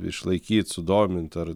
išlaikyt sudomint ar